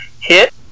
hit